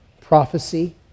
prophecy